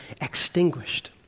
extinguished